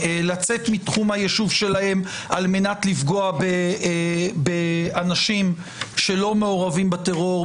לצאת מתחום היישוב שלהם על מנת לפגוע באנשים שלא מעורבים בטרור.